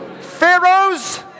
Pharaohs